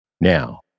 Now